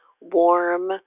warm